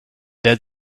dead